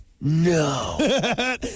No